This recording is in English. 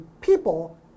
people